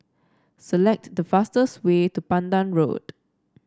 select the fastest way to Pandan Road